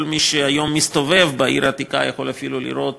כל מי שמסתובב היום בעיר העתיקה יכול אפילו לראות